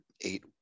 eight